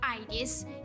ideas